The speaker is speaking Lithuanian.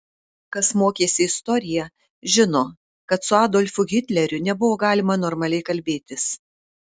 kas mokėsi istoriją žino kad su adolfu hitleriu nebuvo galima normaliai kalbėtis